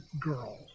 girl